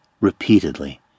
repeatedly